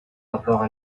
rapport